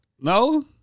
No